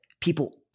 people